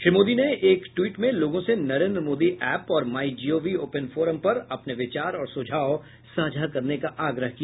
श्री मोदी ने एक ट्वीट में लोगों से नरेन्द्र मोदी ऐप और my G O V open forum पर अपने विचार और सुझाव साझा करने का आग्रह किया